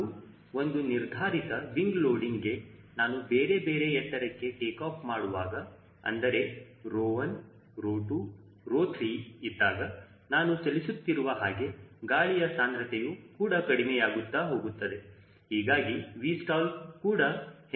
ಹಾಗೂ ಒಂದು ನಿರ್ಧಾರಿತ ವಿಂಗ್ ಲೋಡಿಂಗ್ಗೆ ನಾನು ಬೇರೆ ಬೇರೆ ಎತ್ತರಕ್ಕೆ ಟೇಕಾಫ್ ಮಾಡುವಾಗ ಅಂದರೆ ρ1 ρ2 ρ3 ಇದ್ದಾಗ ನಾನು ಚಲಿಸುತ್ತಿರುವ ಹಾಗೆ ಗಾಳಿಯ ಸಾಂದ್ರತೆಯು ಕೂಡ ಕಡಿಮೆಯಾಗುತ್ತ ಹೋಗುತ್ತದೆ ಹೀಗಾಗಿ 𝑉stall ಕೂಡ ಹೆಚ್ಚಾಗುತ್ತಾ ಹೋಗುತ್ತದೆ